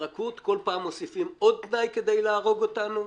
ברכות כל פעם מוסיפים עוד תנאי כדי להרוג אותנו.